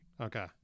Okay